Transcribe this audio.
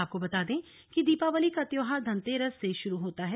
आपको बता दें कि दिवाली का त्योहार धनतेरस से शुरू होता है